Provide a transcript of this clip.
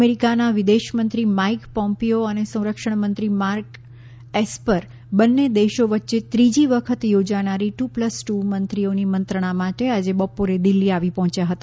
અમેરીકાના વિદેશમંત્રી Mike Pompeo અને સંરક્ષણમંત્રી માર્ક એસ્પર બંન્ને દેશો વચ્ચે ત્રીજી વખત યોજાનારી ટૂ પ્લસ ટૂ મંત્રીઓની મંત્રણા માટે આજે બપોરે દિલ્હી આવી પહોંચ્યા હતા